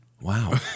Wow